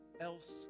else